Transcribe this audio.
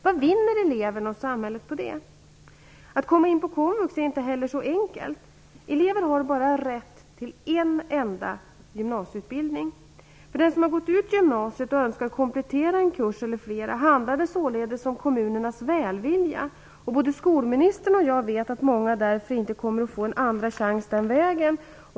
Vad vinner eleven och samhället på det? Att komma in på komvux är inte heller så enkelt. Eleven har bara rätt till en enda gymnasieutbildning. För den som har gått ut gymnasiet och önskar komplettera en kurs eller flera kurser handlar det således om kommunernas välvilja. Både skolministern och jag vet att många därför inte kommer att få en andra chans den vägen.